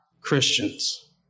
Christians